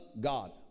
God